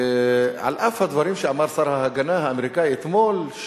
על אף הדברים שאמר שר ההגנה האמריקני אתמול,